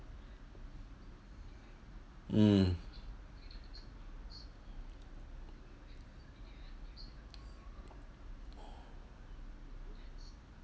mm